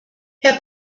herr